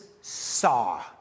saw